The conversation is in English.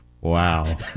Wow